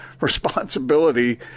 responsibility